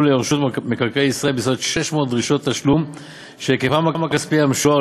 לרשות מקרקעי ישראל בסביבות 600 דרישות תשלום שהיקפן הכספי המשוער,